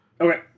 Okay